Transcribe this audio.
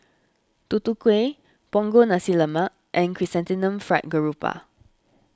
Tutu Kueh Punggol Nasi Lemak and Chrysanthemum Fried Garoupa